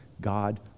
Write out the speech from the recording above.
God